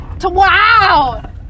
Wow